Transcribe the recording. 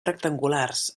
rectangulars